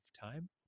Time